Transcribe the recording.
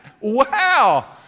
wow